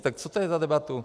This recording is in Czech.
Tak co to je za debatu?